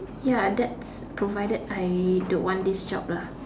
ya that's provided I don't want this job lah